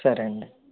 సరే అండి